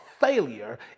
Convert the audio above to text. failure